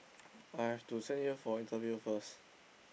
I have to send here for interview first